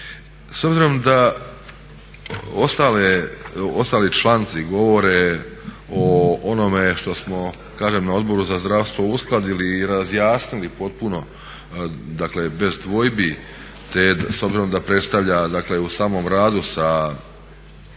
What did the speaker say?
S obzirom da ostali članci govore o onome što smo kažem na Odboru za zdravstvo uskladili i razjasnili potpuno, dakle bez dvojbi te s obzirom da predstavlja dakle u samom radu sa